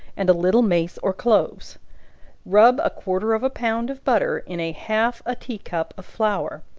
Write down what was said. and a little mace or cloves rub a quarter of a pound of butter in a half a tea-cup of flour,